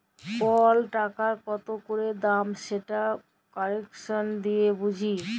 call টাকার কত ক্যইরে দাম সেট কারেলসি দিঁয়ে বুঝি